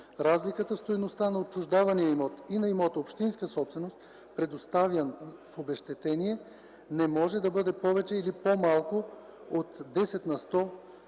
Разликата в стойността на отчуждавания имот и на имота – общинска собственост, предоставян в обезщетение не може да бъде повече или по-малко от десет на сто.